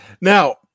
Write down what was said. Now –